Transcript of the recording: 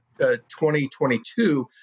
2022